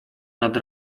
nad